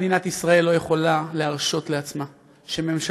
מדינת ישראל לא יכולה להרשות לעצמה שממשלות